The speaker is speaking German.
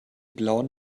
blauen